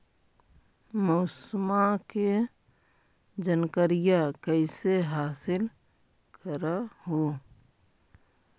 मौसमा के जनकरिया कैसे हासिल कर हू?